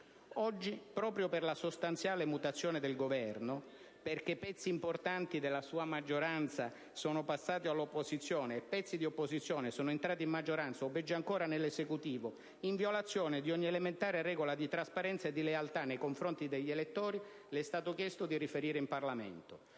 Oggi, proprio per la sostanziale mutazione del Governo, perché pezzi importanti della sua maggioranza sono passati all'opposizione e pezzi d'opposizione sono entrati in maggioranza o, peggio ancora, nell'Esecutivo in violazione di ogni elementare regola di trasparenza e lealtà nei confronti degli elettori, le è stato chiesto di riferire in Parlamento,